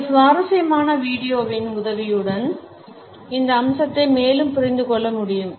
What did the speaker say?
இந்த சுவாரஸ்யமான வீடியோவின் உதவியுடன் இந்த அம்சத்தை மேலும் புரிந்து கொள்ள முடியும்